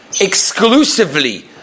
exclusively